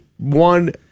One